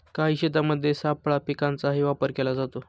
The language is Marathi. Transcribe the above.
काही शेतांमध्ये सापळा पिकांचाही वापर केला जातो